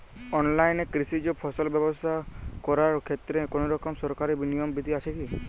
অনলাইনে কৃষিজ ফসল ব্যবসা করার ক্ষেত্রে কোনরকম সরকারি নিয়ম বিধি আছে কি?